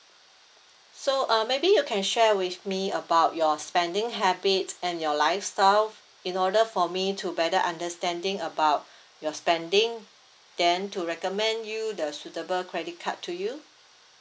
so uh maybe you can share with me about your spending habit and your lifestyle in order for me to better understanding about your spending then to recommend you the suitable credit card to you